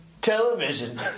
television